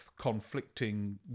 conflicting